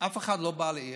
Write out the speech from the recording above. אף אחד לא בא לעיר,